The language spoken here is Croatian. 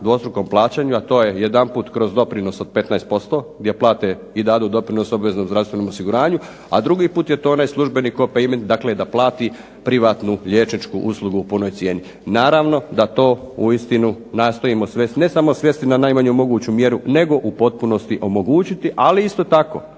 dvostrukom plaćanju, a to je jedanput kroz doprinos od 15% gdje plate i dadu doprinos obveznom zdravstvenom osiguranju, a drugi put je to onaj službenik, dakle da plati privatnu liječničku uslugu u punoj cijeni. Naravno da to uistinu nastojimo svesti ne samo svesti na najmanju moguću mjeru, nego u potpunosti omogućiti ali isto tako